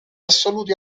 assoluti